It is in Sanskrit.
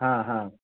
आम् आम्